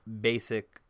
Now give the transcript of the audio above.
basic